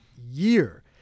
year